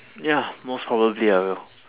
ya most probably I will